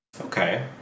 Okay